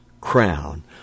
crown